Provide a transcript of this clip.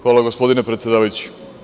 Hvala, gospodine predsedavajući.